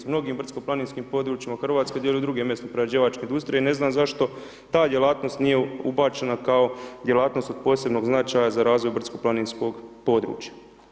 U mnogim brdsko-planinskim područjima u Hrvatskoj djeluju druge mesno-prerađivačke industrije, ne znam zašto ta djelatnost nije ubačena kao djelatnost od posebnog za razvoj brdsko-planinskog područja.